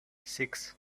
six